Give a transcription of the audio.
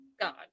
God